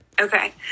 Okay